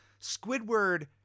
Squidward